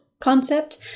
concept